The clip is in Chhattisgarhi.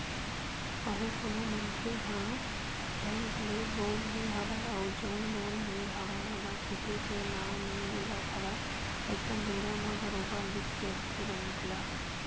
कहूँ कोनो मनखे ह बेंक ले लोन ले हवय अउ जउन लोन ले हवय ओला छूटे के नांव नइ लेवत हवय अइसन बेरा म बरोबर रिस्क रहिथे बेंक ल